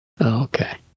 Okay